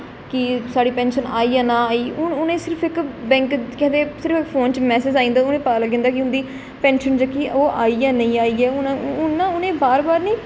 कि साढ़ी पेंशन आई ऐ जा निं आई हून उ'नें गी सिर्फ इक बैंक दे सिर्फ इक फोन च मैसेज आई जंदा उ'नें गी पता लग्गी जंदा कि उं'दी पेंशन जेह्की ओह् आई जां नेईं आई ऐ हून ना उ'नें गी बार बार